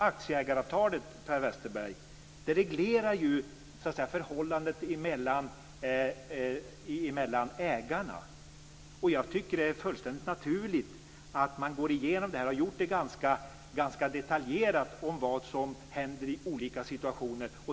Aktieägaravtalet reglerar ju förhållandet mellan ägarna, Per Westerberg. Jag tycker att det är fullständigt naturligt att man går igenom - och det har man gjort ganska detaljerat - vad som händer i olika situationer.